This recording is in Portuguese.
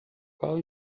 qual